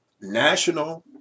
national